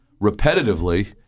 repetitively